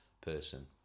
person